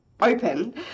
open